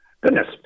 Goodness